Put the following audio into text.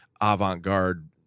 avant-garde